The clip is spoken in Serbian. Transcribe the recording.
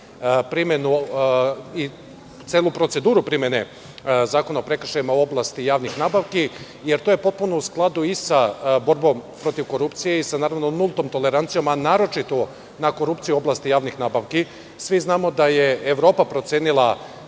primenu i celu proceduru primene zakona o prekršajima u oblasti javnih nabavki, jer je to potpuno u skladu i sa borbom protiv korupcije i sa nultom tolerancijom, a naročito na korupciju u oblasti javnih nabavki. Svi znamo da je Evropa procenila